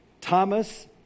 Thomas